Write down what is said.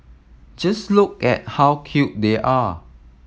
just look at how cute they are